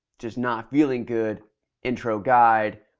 just not feeling good intro guide,